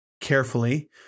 carefully